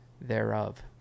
thereof